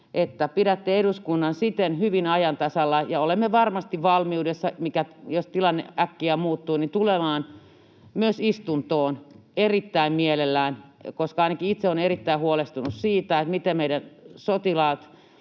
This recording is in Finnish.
pidätte eduskunnan hyvin ajan tasalla. Olemme varmasti valmiudessa, jos tilanne äkkiä muuttuu, tulemaan myös istuntoon erittäin mielellään, koska ainakin itse olen erittäin huolestunut meidän sotilaista